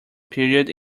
period